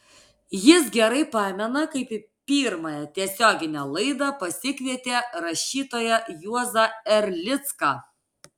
jis gerai pamena kaip į pirmąją tiesioginę laidą pasikvietė rašytoją juozą erlicką